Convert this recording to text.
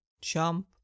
jump